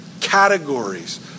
categories